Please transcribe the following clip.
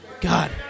God